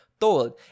told